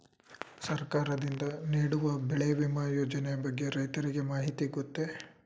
ಸರ್ಕಾರದಿಂದ ನೀಡುವ ಬೆಳೆ ವಿಮಾ ಯೋಜನೆಯ ಬಗ್ಗೆ ರೈತರಿಗೆ ಮಾಹಿತಿ ಗೊತ್ತೇ?